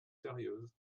sérieuses